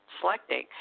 selecting